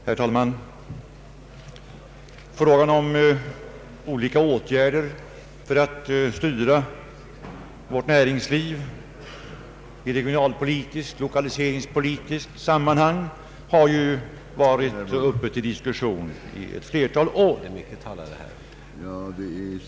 Herr talman! Frågan om olika åtgärder för att styra vårt näringsliv i regionalpolitiskt och lokaliseringspolitiskt sammanhang har varit uppe till diskussion ett flertal år.